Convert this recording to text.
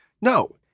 No